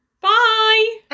Bye